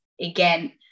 again